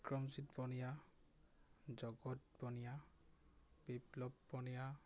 Bikramjit Baniya Jagat Baniya Biplab Baniya